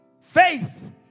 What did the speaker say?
Faith